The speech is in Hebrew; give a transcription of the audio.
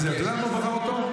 אתה יודע למה הוא בחר אותו?